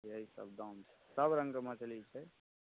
यही सब दाम छै सब रङ्गके मछली छै